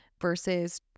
versus